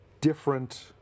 different